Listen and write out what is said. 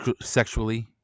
sexually